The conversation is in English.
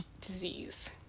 disease